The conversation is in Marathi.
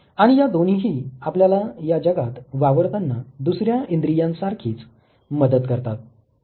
आणि या दोन्हीही आपल्याला या जगात वावरताना दुसऱ्या इंद्रियांसारखीच मदत करतात